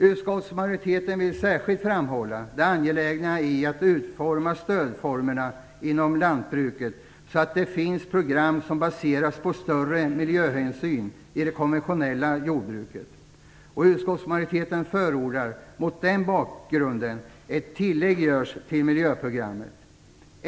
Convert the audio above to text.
Utskottsmajoriteten vill särskilt framhålla det angelägna i att utforma stödformerna inom lantbruket, så att det finns program som baseras på större miljöhänsyn i det konventionella jordbruket. Mot denna bakgrund förordar utskottsmajoriteten ett tillägg till miljöprogrammet.